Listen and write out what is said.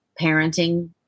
parenting